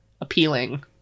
appealing